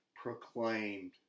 proclaimed